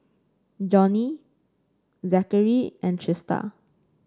Johney Zachary and Trista